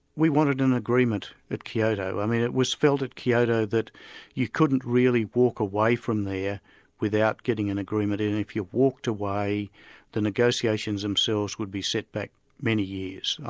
we wanted an agreement at kyoto. i mean it was felt at kyoto that you couldn't really walk away from there without getting an agreement and if you walked away the negotiations themselves would be set back many years.